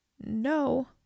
No